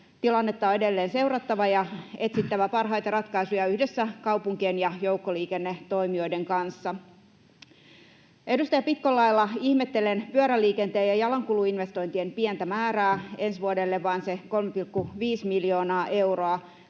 tilannetta on edelleen seurattava ja on etsittävä parhaita ratkaisuja yhdessä kaupunkien ja joukkoliikennetoimijoiden kanssa. Edustaja Pitkon lailla ihmettelen pyöräliikenteen ja jalankulun investointien pientä määrää: ensi vuodelle vain se 3,5 miljoonaa euroa.